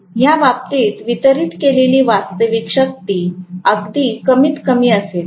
ह्या बाबतीत वितरित केलेली वास्तविक शक्ती अगदी कमीतकमी असेल